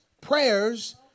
prayers